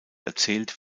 erzählt